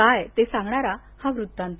काय ते सांगणारा हा वृत्तांत